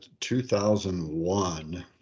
2001